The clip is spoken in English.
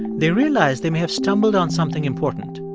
they realized they may have stumbled on something important.